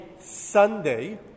Sunday